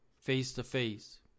face-to-face